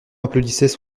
applaudissaient